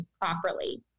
properly